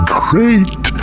great